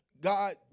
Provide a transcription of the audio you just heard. God